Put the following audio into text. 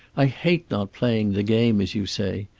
i hate not playing the game, as you say.